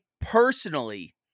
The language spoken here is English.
personally